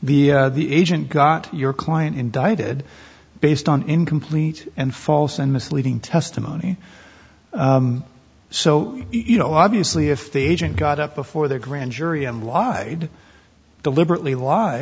the agent got your client indicted based on incomplete and false and misleading testimony so you know obviously if the agent got up before the grand jury and why deliberately lie